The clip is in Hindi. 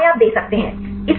तो चाहे आप दे सकते हैं